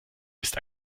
ist